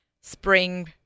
spring